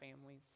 families